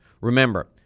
Remember